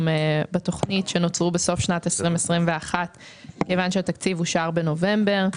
בתוכניות שנוצרו בסוף שנת 2021 מכיוון שהתקציב אושר בנובמבר.